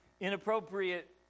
Inappropriate